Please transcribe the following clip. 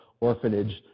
orphanage